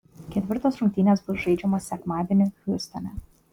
ketvirtos rungtynės bus žaidžiamos sekmadienį hjustone